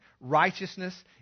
Righteousness